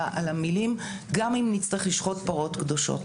המילים גם אם נצטרך לשחוט פרות קדושות.